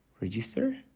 register